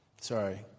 sorry